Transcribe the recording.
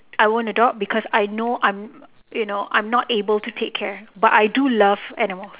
I won't adopt because I know I'm you know I'm not able to take care but I do love animals